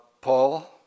Paul